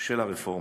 של הרפורמה.